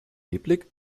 nebelig